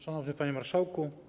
Szanowny Panie Marszałku!